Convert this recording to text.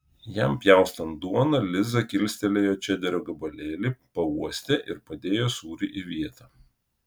jam pjaustant duoną liza kilstelėjo čederio gabalėlį pauostė ir padėjo sūrį į vietą